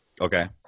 Okay